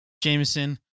Jameson